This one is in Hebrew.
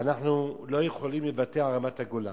אנחנו לא יכולים לוותר על רמת-הגולן.